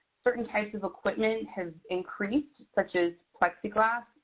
certain types of equipment has increased such as plexiglass.